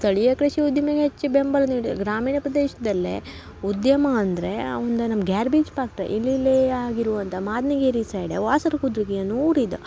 ಸ್ಥಳೀಯ ಕೃಷಿ ಉದ್ದಿಮೆಗೆ ಹೆಚ್ಚು ಬೆಂಬಲ ನೀಡಿ ಗ್ರಾಮೀಣ ಪ್ರದೇಶ್ದಲ್ಲಿ ಉದ್ಯಮ ಅಂದರೆ ಒಂದು ನಮ್ಮ ಗೇರ್ ಬೀಜ ಪಾಕ್ಟ್ರಿ ಇಲ್ಲಿಲ್ಲಿ ಆಗಿರೋ ಒಂದು ಮಾದನಗಿರಿ ಸೈಡ್ ವಾಸುರ್ ಗುದ್ದಿಗಿ ಅನ್ನುವ ಊರಿದೆ